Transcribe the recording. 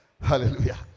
Hallelujah